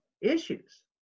issues